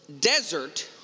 desert